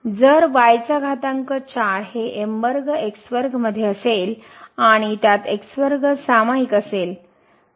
जर हे मध्ये असेल आणि त्यात सामाईक असेल